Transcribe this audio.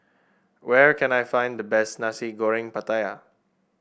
where can I find the best Nasi Goreng Pattaya